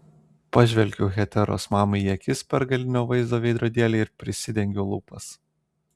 pažvelgiu heteros mamai į akis per galinio vaizdo veidrodėlį ir prisidengiu lūpas